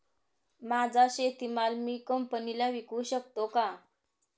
माझा शेतीमाल मी कंपनीला विकू शकतो का?